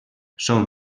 són